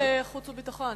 ועדת חוץ וביטחון,